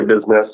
business